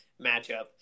matchup